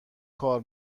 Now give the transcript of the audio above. کار